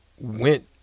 went